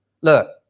look